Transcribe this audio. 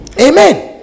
Amen